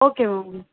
okay ma'am